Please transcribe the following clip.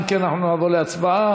אם כן, נעבור להצבעה.